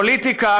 פוליטיקה,